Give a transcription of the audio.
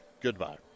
Goodbye